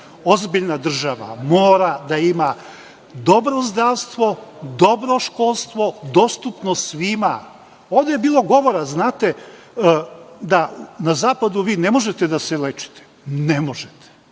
ozbiljna država, mora da ima dobro zdravstvo, dobro školstvo, dostupno svima. Ovde je bilo govora, znate, da na zapadu vi ne možete da se lečite. Ne možete.